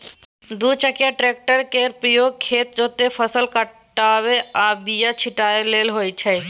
दु चकिया टेक्टर केर प्रयोग खेत जोतब, फसल काटब आ बीया छिटय लेल होइ छै